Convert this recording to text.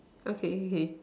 okay okay